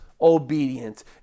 obedient